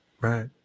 Right